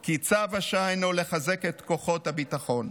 כי צו השעה הוא לחזק את כוחות הביטחון.